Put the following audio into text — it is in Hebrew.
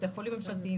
בתי חולים ממשלתיים,